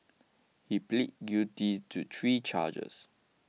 he plead guilty to three charges